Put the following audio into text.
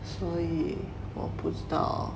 所以我不知道